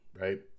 right